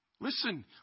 Listen